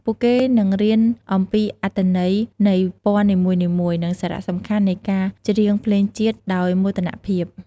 ពួកគេនឹងរៀនអំពីអត្ថន័យនៃពណ៌នីមួយៗ និងសារៈសំខាន់នៃការច្រៀងភ្លេងជាតិដោយមោទនភាព។